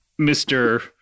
Mr